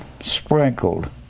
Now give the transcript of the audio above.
sprinkled